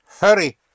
hurry